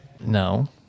No